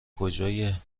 کجای